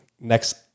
next